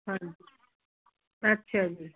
ਹਾਂਜੀ ਅੱਛਾ ਜੀ